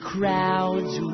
crowds